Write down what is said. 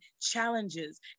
challenges